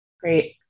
Great